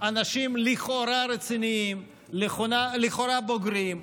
אנשים לכאורה רציניים, לכאורה בוגרים,